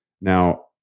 Now